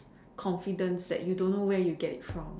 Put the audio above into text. confidence that you don't know where it get from